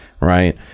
right